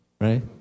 Right